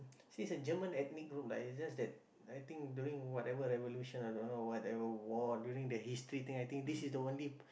is a German ethnic group lah is just that I think during whatever evolution i don't know whatever war during the history thing I think this is the only